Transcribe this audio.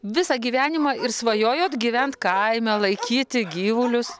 visą gyvenimą ir svajojot gyvent kaime laikyti gyvulius